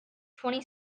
twenty